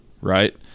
right